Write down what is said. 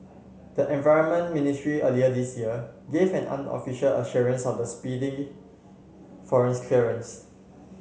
the environment ministry earlier this year gave an unofficial assurance of speedy forest clearance